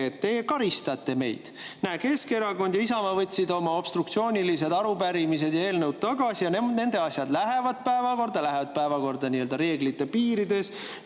et te karistate meid. Näe, Keskerakond ja Isamaa võtsid oma obstruktsioonilised arupärimised ja eelnõud tagasi ja nende asjad lähevad päevakorda, lähevad päevakorda reeglite piirides.